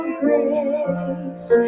grace